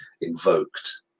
invoked